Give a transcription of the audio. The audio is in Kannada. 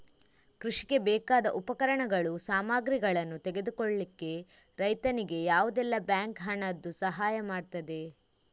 ಕೃಷಿಗೆ ಬೇಕಾದ ಉಪಕರಣಗಳು, ಸಾಮಗ್ರಿಗಳನ್ನು ತೆಗೆದುಕೊಳ್ಳಿಕ್ಕೆ ರೈತನಿಗೆ ಯಾವುದೆಲ್ಲ ಬ್ಯಾಂಕ್ ಹಣದ್ದು ಸಹಾಯ ಮಾಡ್ತದೆ?